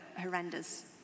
horrendous